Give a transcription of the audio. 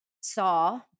saw